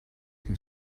who